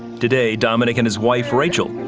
today dominic and his wife, rachel,